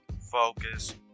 focus